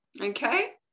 Okay